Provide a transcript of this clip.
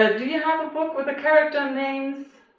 ah do you have a book with the character names